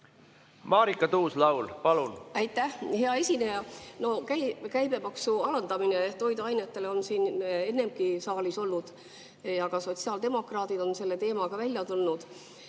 Marika Tuus-Laul, palun!